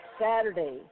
Saturday